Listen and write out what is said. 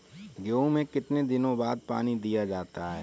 गेहूँ में कितने दिनों बाद पानी दिया जाता है?